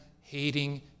hating